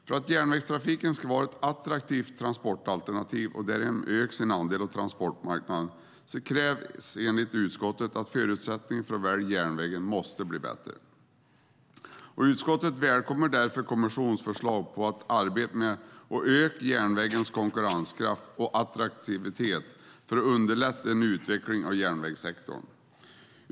För att järnvägstrafiken ska vara ett attraktivt transportalternativ och därigenom öka sin andel av transportmarknaden krävs enligt utskottet att förutsättningarna för att välja järnvägen måste bli bättre. Utskottet välkomnar därför kommissionens förslag om arbetet med att öka järnvägens konkurrenskraft och attraktivitet för att underlätta en utveckling av järnvägssektorn.